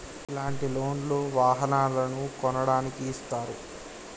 ఇలాంటి లోన్ లు వాహనాలను కొనడానికి ఇస్తారు